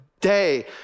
day